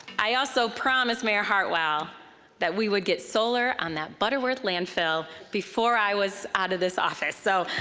i also promised mayor heartwell that we would get solar on that butterworth landfill before i was out of this office. so,